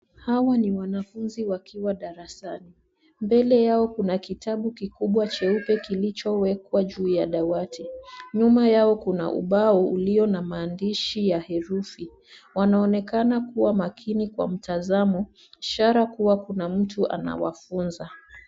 Hawa ni wanafunzi wakiwa darasani, mbele yao kuna kitabu kitubwa cheupe kilichowekwa juu ya dawati. Nyuma yao kuna ubao ulio na maandishi ya herufi. Wanaonekana kuwa makini kwa mtazamo, ishara kuwa kuna mtu anawafunza.